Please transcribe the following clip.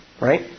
Right